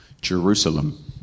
Jerusalem